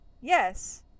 Yes